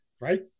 Right